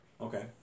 Okay